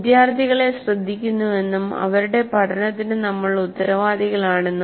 വിദ്യാർത്ഥികളെ ശ്രദ്ധിക്കുന്നുവെന്നും അവരുടെ പഠനത്തിന് നമ്മൾ ഉത്തരവാദികളാണെന്നും